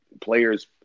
players